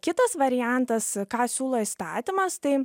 kitas variantas ką siūlo įstatymas tai